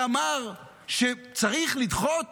שאמר שצריך לדחות